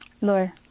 Lord